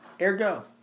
ergo